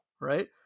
right